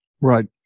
Right